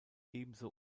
ebenso